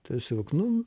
tiesiog nu